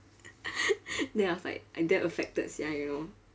then I was like I damn affected sia you know